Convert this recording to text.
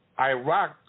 Iraq